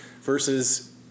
versus